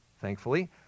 thankfully